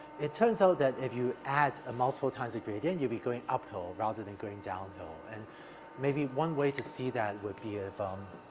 it turns out that if you add ah multiple times in a gradient, you'll be going uphill rather than going downhill, and maybe one way to see that would be ah if, um,